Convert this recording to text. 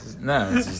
No